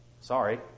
sorry